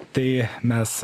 tai mes